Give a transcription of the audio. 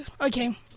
okay